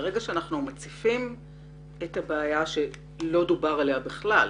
שברגע שאנחנו מציפים את הבעיה שלא דובר עליה בכלל,